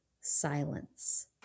silence